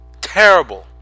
Terrible